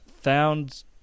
found